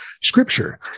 Scripture